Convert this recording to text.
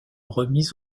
remis